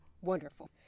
Wonderful